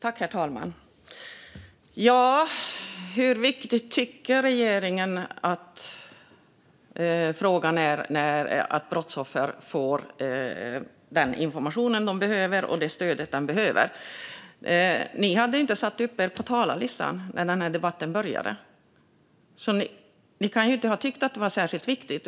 Herr talman! Hur viktigt tycker regeringen att det är att brottsoffer får den information de behöver och det stöd de behöver? Ni hade inte satt upp er på talarlistan när den här debatten började, så ni kan inte ha tyckt att frågan var särskilt viktig.